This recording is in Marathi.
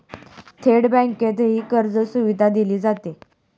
थेट बँकेतही कर्जसुविधा दिली जाते